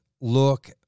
look